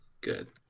good